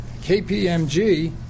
KPMG